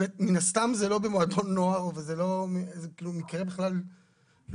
מן הסתם זה לא במועדון נוער וזה מקרה לא רלוונטי.